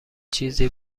چیزی